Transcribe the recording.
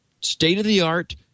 state-of-the-art